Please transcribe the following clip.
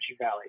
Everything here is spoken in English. Valley